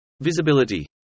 Visibility